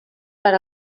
per